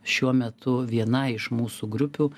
šiuo metu viena iš mūsų grupių